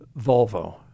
Volvo